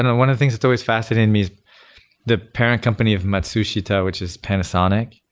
and one of the things that's always fascinated me is the parent company of matsushita, which is panasonic.